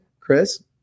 Chris